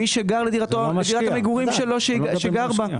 אנחנו,